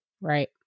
Right